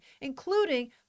including